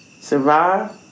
survive